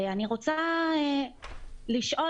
אני רוצה לשאול,